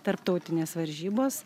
tarptautinės varžybos